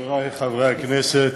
חברי חברי הכנסת,